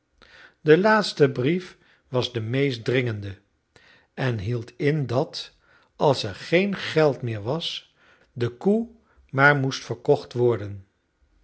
de laatste brief was de meest dringende en hield in dat als er geen geld meer was de koe maar moest verkocht worden